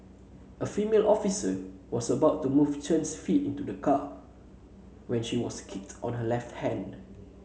a female officer was about to move Chen's feet into the car when she was kicked on her left hand